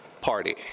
party